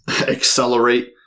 accelerate